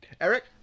Eric